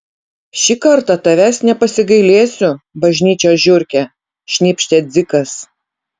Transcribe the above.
šį kartą tavęs nepasigailėsiu bažnyčios žiurke šnypštė dzikas